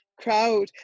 crowd